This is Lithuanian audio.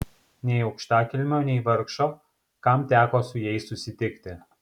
nei aukštakilmio nei vargšo kam teko su jais susitikti